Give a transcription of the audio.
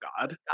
god